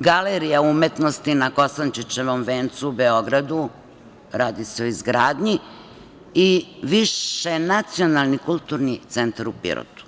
Galerija umetnosti na Kosančićevom vencu u Beogradu, radi se o izgradnji i Višenacionalni kulturni centar u Pirotu.